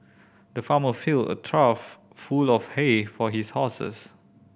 the farmer filled a trough full of hay for his horses